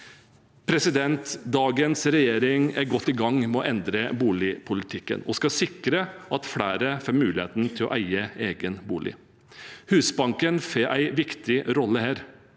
Dagens regjering er godt i gang med å endre boligpolitikken. Vi skal sikre at flere får muligheten til å eie egen bolig. Husbanken får en viktig rolle her.